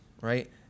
Right